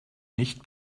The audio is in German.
nicht